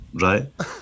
right